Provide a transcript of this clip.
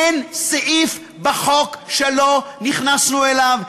אין סעיף בחוק שלא נכנסנו אליו,